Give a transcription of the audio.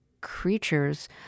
creatures